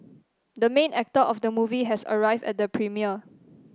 the main actor of the movie has arrived at the premiere